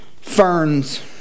ferns